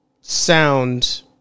sound